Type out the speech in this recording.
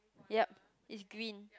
yup it's green